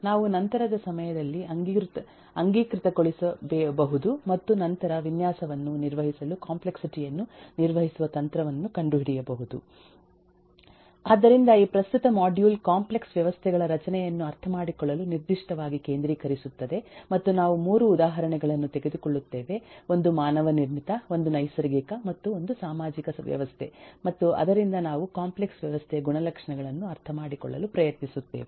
ನಾವು ನಂತರದ ಸಮಯದಲ್ಲಿ ಅಂಗೀಕೃತಗೊಳಿಸಬಹುದು ಮತ್ತು ನಂತರ ವಿನ್ಯಾಸವನ್ನು ನಿರ್ವಹಿಸಲು ಕಾಂಪ್ಲೆಕ್ಸಿಟಿ ಯನ್ನು ನಿರ್ವಹಿಸುವ ತಂತ್ರವನ್ನು ಕಂಡುಹಿಡಿಯಬಹುದು ಆದ್ದರಿಂದ ಈ ಪ್ರಸ್ತುತ ಮಾಡ್ಯೂಲ್ ಕಾಂಪ್ಲೆಕ್ಸ್ ವ್ಯವಸ್ಥೆಗಳ ರಚನೆಯನ್ನು ಅರ್ಥಮಾಡಿಕೊಳ್ಳಲು ನಿರ್ದಿಷ್ಟವಾಗಿ ಕೇಂದ್ರೀಕರಿಸುತ್ತದೆ ಮತ್ತು ನಾವು 3 ಉದಾಹರಣೆಗಳನ್ನು ತೆಗೆದುಕೊಳ್ಳುತ್ತೇವೆ 1 ಮಾನವ ನಿರ್ಮಿತ 1 ನೈಸರ್ಗಿಕ ಮತ್ತು 1 ಸಾಮಾಜಿಕ ವ್ಯವಸ್ಥೆ ಮತ್ತು ಅದರಿಂದ ನಾವು ಕಾಂಪ್ಲೆಕ್ಸ್ ವ್ಯವಸ್ಥೆಯ ಗುಣಲಕ್ಷಣಗಳನ್ನು ಅರ್ಥಮಾಡಿಕೊಳ್ಳಲು ಪ್ರಯತ್ನಿಸುತ್ತೇವೆ